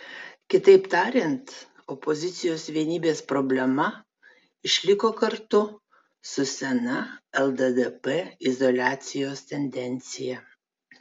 kitaip tariant opozicijos vienybės problema išliko kartu su sena lddp izoliacijos tendencija